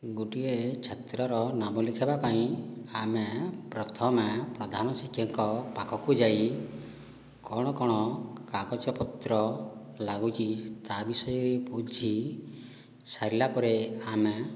ଗୋଟିଏ ଛାତ୍ରର ନାମ ଲେଖାଇବା ପାଇଁ ଆମେ ପ୍ରଥମେ ପ୍ରଧାନ ଶିକ୍ଷକ ପାଖକୁ ଯାଇ କ'ଣ କ'ଣ କାଗଜ ପତ୍ର ଲାଗୁଛି ତା' ବିଷୟ ବୁଝି ସାରିଲା ପରେ ଆମେ